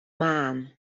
maan